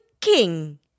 king